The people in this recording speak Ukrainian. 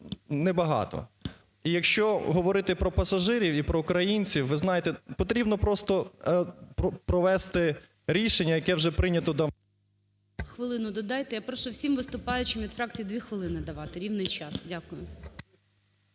небагато. І якщо говорити про пасажирів і про українців, ви знаєте, потрібно просто провести рішення, яке вже прийнято там…